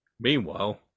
Meanwhile